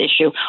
issue